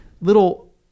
little